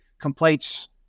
complaints